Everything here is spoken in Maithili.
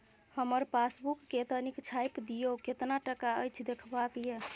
हमर पासबुक के तनिक छाय्प दियो, केतना टका अछि देखबाक ये?